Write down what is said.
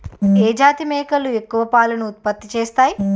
ఏ జాతి మేకలు ఎక్కువ పాలను ఉత్పత్తి చేస్తాయి?